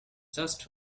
just